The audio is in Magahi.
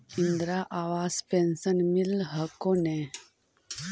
इन्द्रा आवास पेन्शन मिल हको ने?